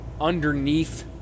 underneath